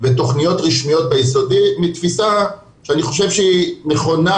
ותכניות רשמיות ביסודי מתפיסה שאני חושב שהיא נכונה